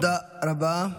תודה רבה.